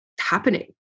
happening